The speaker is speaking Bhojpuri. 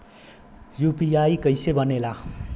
यू.पी.आई कईसे बनेला?